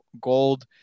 Gold